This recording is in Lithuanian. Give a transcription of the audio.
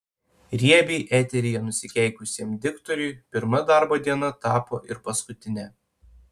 riebiai eteryje nusikeikusiam diktoriui pirma darbo diena tapo ir paskutine